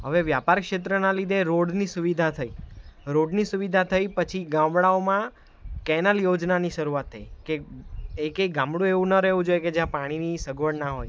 હવે વ્યાપાર ક્ષેત્રના લીધે રોડની સુવિધા થઈ રોડની સુવિધા થઈ પછી ગામળાઓમાં કેનાલ યોજનાની શરૂઆત થઈ કે એકે ગામડું એવું ન રહેવું જોએ કે જ્યાં પાણીની સગવળ ના હોય